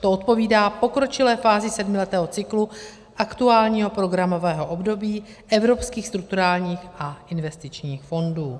To odpovídá pokročilé fázi sedmiletého cyklu aktuálního programového období evropských strukturálních a investičních fondů.